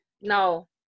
No